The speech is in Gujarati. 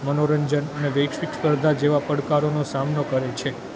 મનોરંજન અને વૈશ્વિક સ્પર્ધા જેવા પડકારોનો સામનો કરે છે